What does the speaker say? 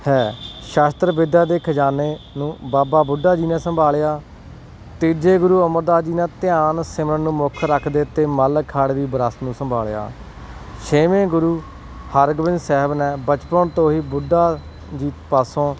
ਹੈ ਸ਼ਸਤਰ ਵਿਦਿਆ ਦੇ ਖਜ਼ਾਨੇ ਨੂੰ ਬਾਬਾ ਬੁੱਢਾ ਜੀ ਨੇ ਸੰਭਾਲਿਆ ਤੀਜੇ ਗੁਰੂ ਅਮਰਦਾਸ ਜੀ ਨੇ ਧਿਆਨ ਸਿਮਰਨ ਨੂੰ ਮੁੱਖ ਰੱਖਦੇ ਅਤੇ ਮਲ ਅਖਾੜੇ ਦੀ ਵਿਰਾਸਤ ਨੂੰ ਸੰਭਾਲਿਆ ਛੇਵੇਂ ਗੁਰੂ ਹਰਗੋਬਿੰਦ ਸਾਹਿਬ ਨੇ ਬਚਪਨ ਤੋਂ ਹੀ ਬੁੱਢਾ ਜੀ ਪਾਸੋਂ